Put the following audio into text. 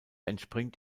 entspringt